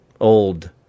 old